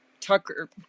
Tucker